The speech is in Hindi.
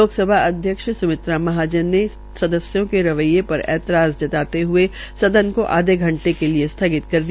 लोकसभा अध्यक्ष सुमित्रा महाजन ने सदस्यों के रवैये र ऐतराज जताते हये सदन को आधे घंटे के लिए स्थगित कर दिया